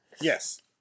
Yes